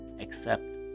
accept